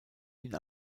ihn